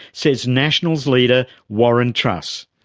says nationals leader warren truss.